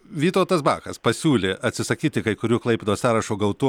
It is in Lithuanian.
vytautas bakas pasiūlė atsisakyti kai kurių klaipėdos sąrašo gautų